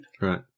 Right